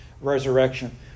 resurrection